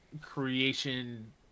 creation